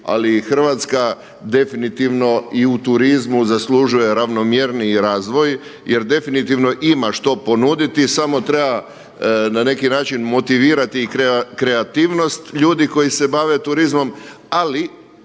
Ali Hrvatska definitivno i u turizmu zaslužuje ravnomjerniji razvoj, jer definitivno ima što ponuditi samo treba na neki način motivirati i kreativnost ljudi koji se bave turizmom, ali